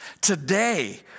Today